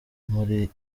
muri